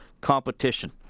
competition